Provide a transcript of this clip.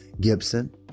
Gibson